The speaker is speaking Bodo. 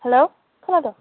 हेल' खोनादों